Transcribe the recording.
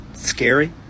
scary